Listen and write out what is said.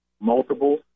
multiple